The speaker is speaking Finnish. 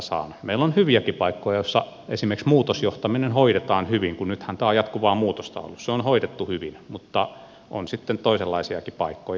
meillä on hyviäkin paikkoja joissa esimerkiksi muutosjohtaminen kun nythän tämä on jatkuvaa muutosta ollut on hoidettu hyvin mutta on sitten toisenlaisiakin paikkoja